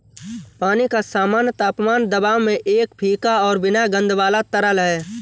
पानी का सामान्य तापमान दबाव में एक फीका और बिना गंध वाला तरल है